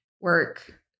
work